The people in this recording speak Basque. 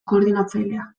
koordinatzailea